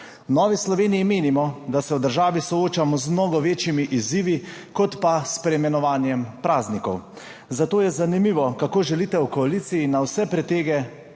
Novi Sloveniji menimo, da se v državi soočamo z mnogo večjimi izzivi, kot je preimenovanje praznikov, zato je zanimivo, kako želite v koaliciji na vse pretege